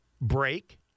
break